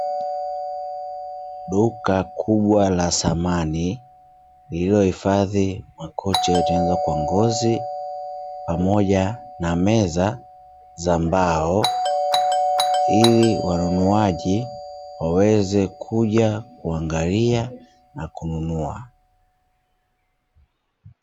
Duka kubwa la samani lililohifadhi makochi yaliyotengenezwa kwa ngozi pamoja na meza za mbao, ili wanunuaji waweze kuja kuangalia na kununua.